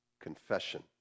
confession